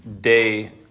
day